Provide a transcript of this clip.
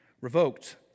revoked